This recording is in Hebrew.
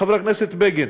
חבר הכנסת בגין,